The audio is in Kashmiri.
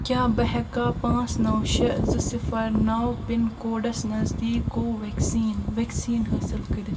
کیٛاہ بہٕ ہیٚکا پانٛژھ نَو شےٚ زٕ صفَر نَو پِن کوڈس نزدیٖک کو ویٚکسیٖن ویکسیٖن حٲصِل کٔرِتھ